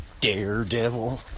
daredevil